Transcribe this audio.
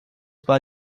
war